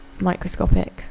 microscopic